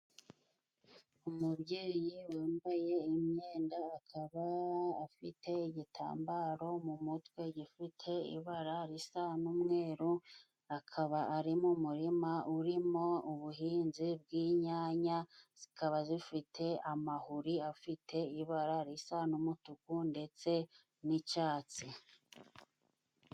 Umubyeyi wambaye imyenda akaba afite igitambaro mu mutwe gifite ibara risa n'umweru, akaba ari mu murima urimo ubuhinzi bw'inyanya, zikaba zifite amahuri afite ibara risa n'umutuku ndetse n'icyatsi.